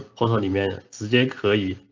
honeyman it's jake. how